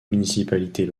municipalités